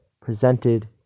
presented